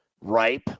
ripe